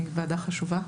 זו ועדה חשובה.